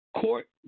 Court